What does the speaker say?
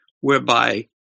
whereby